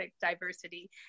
diversity